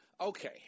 Okay